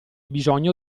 bisogno